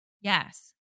Yes